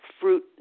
fruit